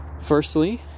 firstly